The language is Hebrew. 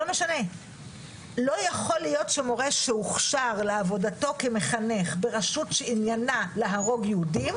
לא יכול להיות שמורה שהוכשר לעבודתו כמחנך בשרות שעניינה להרוג יהודים,